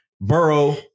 Burrow